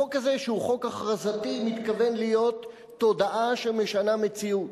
החוק הזה שהוא חוק הכרזתי מתכוון להיות תודעה שמשנה מציאות.